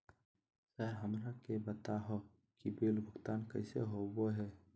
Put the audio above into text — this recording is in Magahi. सर हमरा के बता हो कि बिल भुगतान कैसे होबो है?